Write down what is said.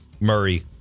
Murray